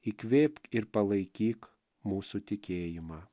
įkvėpk ir palaikyk mūsų tikėjimą